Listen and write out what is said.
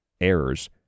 errors